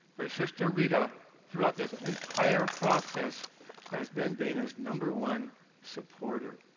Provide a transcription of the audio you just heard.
her sister rita throughout this entire process has been dana's number one supporter.